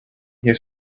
here